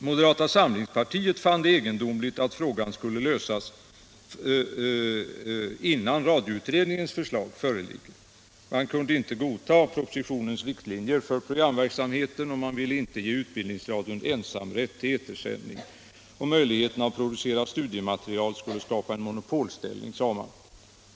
Moderata samlingspartiet fann det egendomligt att frågan skulle lösas innan radioutredningens förslag föreligger. Man kunde inte heller godta propositionens riktlinjer för programverksamheten. Man ville inte ge Utbildningsradion ensamrätt till etersändning och påstod att möjligheterna att producera studiematerial skulle skapa en monopolställning.